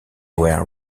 were